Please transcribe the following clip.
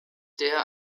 der